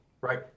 right